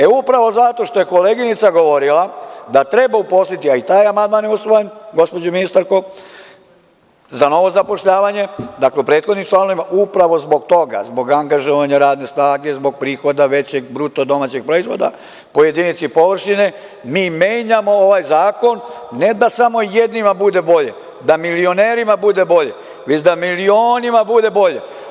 E, upravo zato što je koleginica govorila da treba uposliti, a i taj amandman je usvojen, gospođo ministarko, za novo zapošljavanje, dakle, u prethodnim članovima, upravo zbog toga, zbog angažovanja radne snage, zbog prihoda većeg BDP-a po jedinici površine, mi menjamo ovaj zakon, ne da samo jednima bude bolje, da milionerima bude bolje, već da milionima bude bolje.